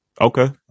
Okay